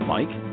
Mike